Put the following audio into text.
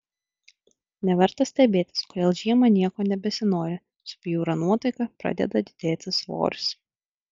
neverta stebėtis kodėl žiemą nieko nebesinori subjūra nuotaika pradeda didėti svoris